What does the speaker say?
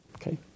Okay